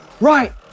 right